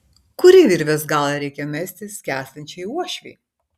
kurį virvės galą reikia mesti skęstančiai uošvei